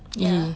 !yay!